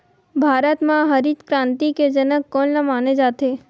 भारत मा हरित क्रांति के जनक कोन ला माने जाथे?